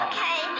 Okay